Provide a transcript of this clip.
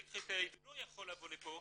ב- -- ולא יכול לבוא לפה,